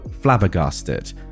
flabbergasted